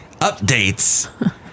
Updates